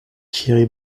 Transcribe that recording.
thierry